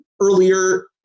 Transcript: earlier